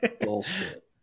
bullshit